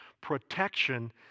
protection